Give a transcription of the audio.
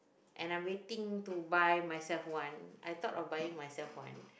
and I'm waiting to buy myselF-one I thought of buying myselF-one